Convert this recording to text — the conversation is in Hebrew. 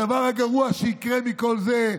הדבר הגרוע שיקרה מכל זה,